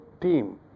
team